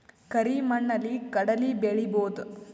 ಕರಿ ಮಣ್ಣಲಿ ಕಡಲಿ ಬೆಳಿ ಬೋದ?